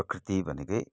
प्रकृति भनेकै